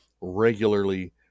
regularly